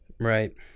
right